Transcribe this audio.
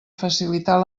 facilitar